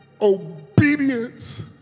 Obedience